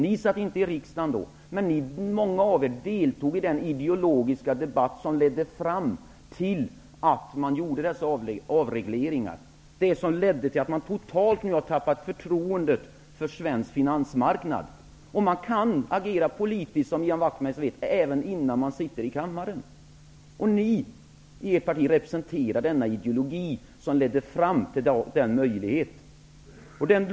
Ni satt inte i riksdagen då, men många av er deltog i den ideologiska debatt som ledde fram till att man gjorde dessa avregleringar. Det var det som ledde till att man nu totalt har tappat förtroendet för svensk finansmarknad. Man kan, som Ian Wachtmeister vet, agera politiskt även innan man sitter i riksdagens kammare. Ni i Ny demokrati representerar den ideologi som ledde fram till den möjligheten.